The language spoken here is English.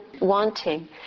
wanting